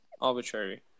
arbitrary